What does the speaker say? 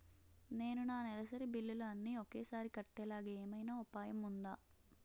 నేను నా నెలసరి బిల్లులు అన్ని ఒకేసారి కట్టేలాగా ఏమైనా ఉపాయం ఉందా?